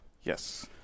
Yes